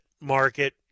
market